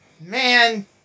man